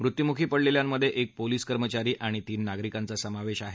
मृत्युमुखी पडलेल्यांमधे एक पोलीस कर्मचारी आणि तीन नागरिकांचा समावेश आहे